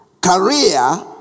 career